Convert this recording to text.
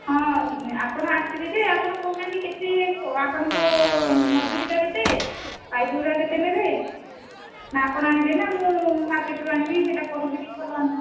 ହଁ ଆପଣ ଆସିବେ ଯେ ଆପଣ କହୁନାହାନ୍ତି କେତେ ଆପଣଙ୍କୁ ମଜୁରିଟା କେତେ ପାଇପ୍ଗୁଡ଼ା କେତେ ନେବେ ନା ଆପଣ ଆଣିବେ ନା ମୁଁ ମାର୍କେଟ୍ରୁ ଆଣିବି ସେଇଟା କହିଲେ ଟିକିଏ ଭଲ ହୁଅନ୍ତା